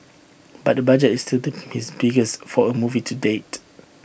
but the budget is his biggest for A movie to date